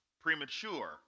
premature